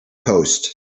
post